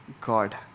God